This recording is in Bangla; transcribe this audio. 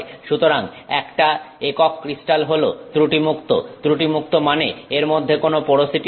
সুতরাং একটা একক ক্রিস্টাল হল ত্রুটি মুক্ত ত্রুটি মুক্ত মানে এর মধ্যে কোন পোরোসিটি নেই